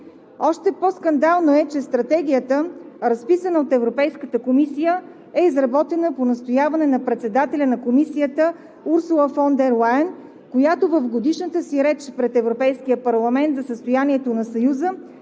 Още по-скандално е, че Стратегията, разписана от Европейската комисия, е изработена по настояване на председателя на Комисията Урсула фон дер Лайен, която в годишната си реч пред Европейския парламент за състоянието на Съюза